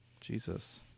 jesus